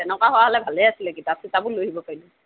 তেনেকুৱা হোৱা হ'লে ভালেই আছিলে কিতাপ চিতাপো লৈ আহিব পাৰিলোহেঁতেন